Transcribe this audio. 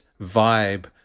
vibe